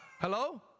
Hello